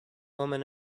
woman